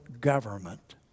government